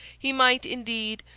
he might, indeed,